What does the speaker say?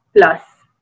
plus